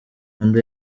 manda